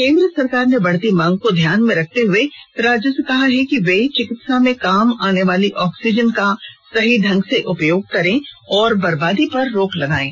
केन्द्र सरकार ने बढती मांग को ध्यान में रखते हुए राज्यों से कहा है कि वे चिकित्सा में काम आने वाली ऑक्सीजन का सही ढंग से उपयोग करें और बरबादी पर रोक लगाएं